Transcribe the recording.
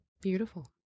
Beautiful